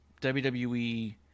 WWE